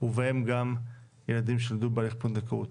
ובהם גם ילדים שנולדו בהליך פונדקאות.